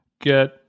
get